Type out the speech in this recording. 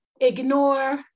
Ignore